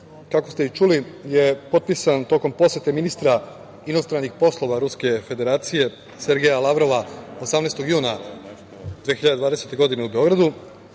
kako ste i čuli, potpisan je tokom posete ministra inostranih poslova Ruske Federacije Sergeja Lavrova 18. juna 2020. godine u Beogradu.